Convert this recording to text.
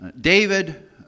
David